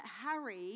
Harry